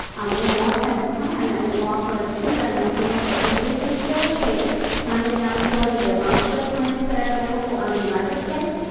we don't have a plan that we offer to general students but we do facilitate signing up for the obama care plans that are available on the market place,